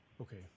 Okay